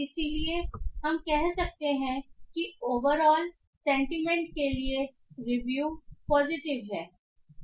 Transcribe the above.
इसलिए हम कह सकते हैं कि ओवरऑल सेंटीमेंट के लिए रिव्यू पॉजिटिव है